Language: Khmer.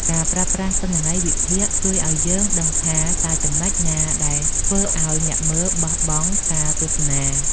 ការប្រើប្រាស់ទិន្នន័យវិភាគ ជួយឱ្យយើងដឹងថា តើចំណុចណាដែលធ្វើឱ្យអ្នកមើលបោះបង់ការទស្សនា។